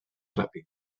ràpid